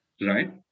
right